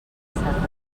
fontanals